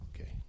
okay